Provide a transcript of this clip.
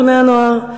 בני-הנוער,